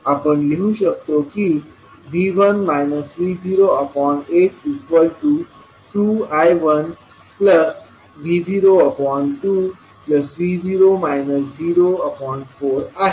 आपण लिहू शकतो की V1 V082I1V02V0 04 आहे